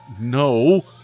no